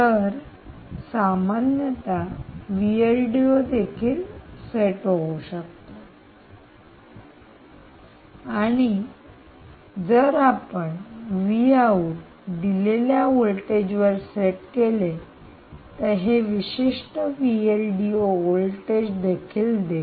तर आणि सामान्यत देखील सेट होऊ शकते मला असे वाटते की जर आपण दिलेल्या होल्टेज वर सेट केले तर हे विशिष्ट होल्टेज देईल